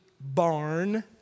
barn